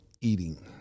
eating